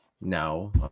no